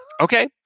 Okay